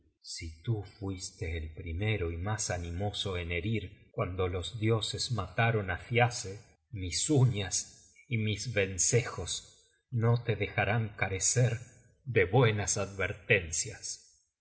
si tú fuiste el primero y mas animoso en herir cuando los dioses mataron á thiasse mis uñas y mis vencejos no te dejarán carecer de buenas advertencias